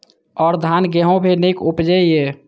और धान गेहूँ भी निक उपजे ईय?